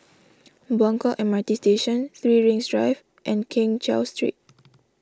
Buangkok M R T Station three Rings Drive and Keng Cheow Street